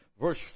Verse